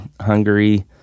Hungary